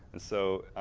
and so,